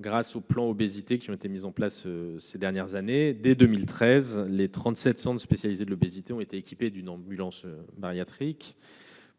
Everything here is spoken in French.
grâce aux plans obésité qui ont été mis en place ces dernières années. Dès 2013, les 37 centres spécialisés de l'obésité ont été équipés d'une ambulance bariatrique